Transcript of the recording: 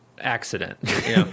accident